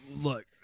Look